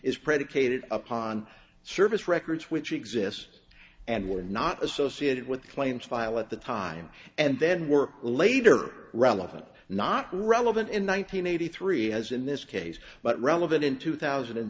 is predicated upon service records which exist and were not associated with claims file at the time and then were later relevant not relevant in one nine hundred eighty three as in this case but relevant in two thousand and